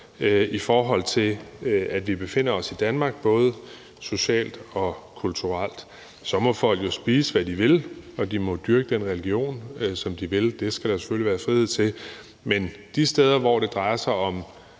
i forhold til at vi befinder os i Danmark, både socialt og kulturelt. Så må folk jo spise, hvad de vil, og de må dyrke den religion, de vil. Det skal der selvfølgelig være frihed til. Men de steder, hvor det drejer sig om